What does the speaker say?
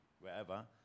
wherever